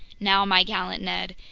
now, my gallant ned,